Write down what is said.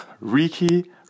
Ricky